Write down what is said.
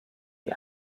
sie